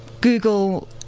Google